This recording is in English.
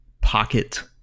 Pocket